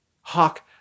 Hawk